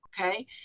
Okay